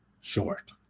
short